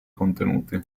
contenuti